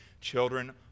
Children